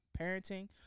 parenting